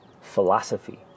philosophy